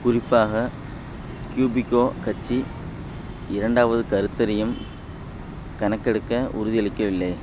குறிப்பாக க்யூபிகோ கட்சி இரண்டாவது கருத்தறியும் கணக்கெடுக்க உறுதியளிக்கவில்லை